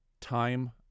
Time